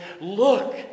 look